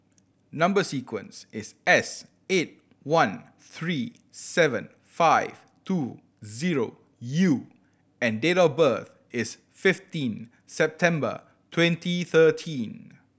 number sequence is S eight one three seven five two zero U and date of birth is fifteen September twenty thirteen